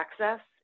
access